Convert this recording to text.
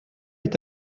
est